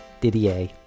Didier